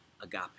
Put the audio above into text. agape